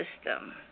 system